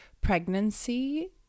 pregnancy